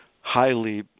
highly